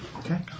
okay